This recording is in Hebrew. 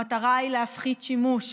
המטרה היא להפחית שימוש,